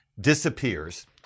disappears